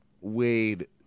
Wade